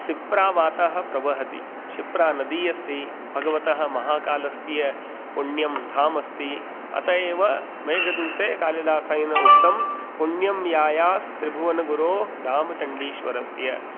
शिप्रा वातः प्रवहति शिप्रा नदी अस्ति भगवतः महाकालस्य पुण्यं धाम अस्ति अतः एव मेघदूते कालिदासेन उक्तं पुण्यं यायास् त्रिभुवन गुरो धामचण्डीश्वरस्य